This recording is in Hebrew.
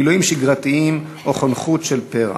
מילואים שגרתיים או חונכות של פר"ח.